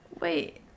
Wait